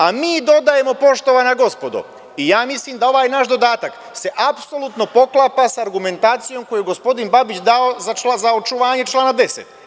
A mi dodajemo, poštovana gospodo i ja mislim da ovaj naš dodatak se apsolutno poklapa sa argumentacijom koju gospodin Babić dao za očuvanje člana 10.